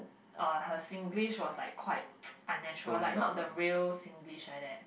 uh her Singlish was like quite unnatural like not the real Singlish like that